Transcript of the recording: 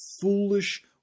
foolish